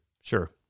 Sure